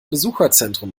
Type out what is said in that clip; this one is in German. besucherzentrum